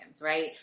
right